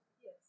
Yes